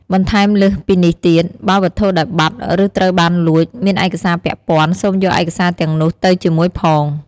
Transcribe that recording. បន្ថែមលើសពីនេះទៀត បើវត្ថុដែលបាត់ ឬត្រូវបានលួច មានឯកសារពាក់ព័ន្ធ សូមយកឯកសារទាំងនោះទៅជាមួយផង។